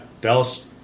Dallas